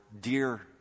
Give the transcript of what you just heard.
dear